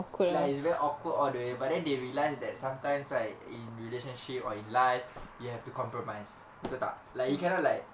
like it's very awkward all the way but then they realised that sometimes right in relationship or in life you have to compromise betul tak like he cannot like